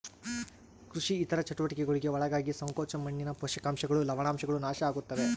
ಕೃಷಿ ಇತರ ಚಟುವಟಿಕೆಗುಳ್ಗೆ ಒಳಗಾಗಿ ಸಂಕೋಚ ಮಣ್ಣಿನ ಪೋಷಕಾಂಶಗಳು ಲವಣಾಂಶಗಳು ನಾಶ ಆಗುತ್ತವೆ